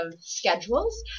schedules